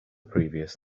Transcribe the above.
previous